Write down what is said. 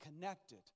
connected